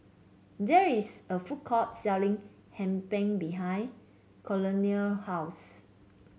there is a food court selling Hee Pan behind Colonel house